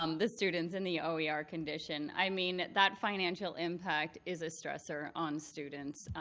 um the students in the oer ah condition. i mean, that financial impact is a stresser on students.